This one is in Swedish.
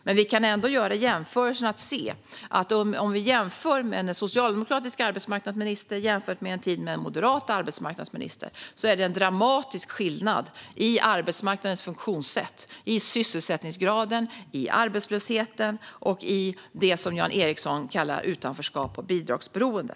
Men vi kan göra en jämförelse mellan en tid med en socialdemokratisk arbetsmarknadsminister och en tid med en moderat arbetsmarknadsminister. Vi kan då se att det är en dramatisk skillnad i arbetsmarknadens funktionssätt, i sysselsättningsgraden, i arbetslösheten och i det som Jan Ericson kallar utanförskap och bidragsberoende.